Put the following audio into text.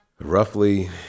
Roughly